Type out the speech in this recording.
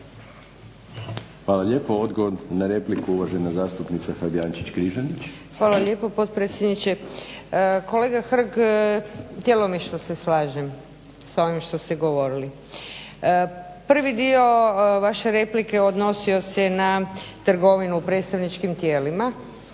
Hvala lijepo. Odgovor na repliku, uvažena zastupnica Fabijančić-Križanić. **Fabijančić Križanić, Vesna (SDP)** Hvala lijepo potpredsjedniče. Kolega Hrg djelomično se slažem s ovim što ste govorili. Prvi dio vaše replike odnosio se na trgovinu predstavničkim tijelima.